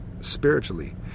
spiritually